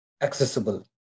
accessible